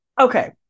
Okay